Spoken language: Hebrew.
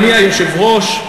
אדוני היושב-ראש,